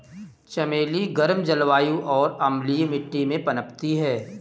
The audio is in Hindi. चमेली गर्म जलवायु और अम्लीय मिट्टी में पनपती है